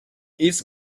its